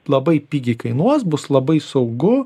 labai pigiai kainuos bus labai saugu